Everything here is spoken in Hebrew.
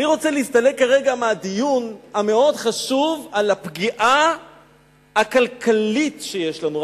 אני רוצה להסתלק כרגע מהדיון החשוב מאוד על הפגיעה הכלכלית שיש לנו.